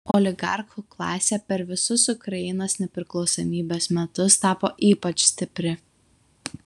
oligarchų klasė per visus ukrainos nepriklausomybės metus tapo ypač stipri